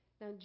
Now